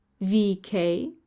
V-K